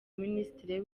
minisitiri